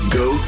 go